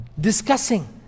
discussing